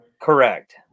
Correct